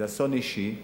אסון אישי,